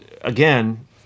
again